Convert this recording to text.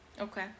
Okay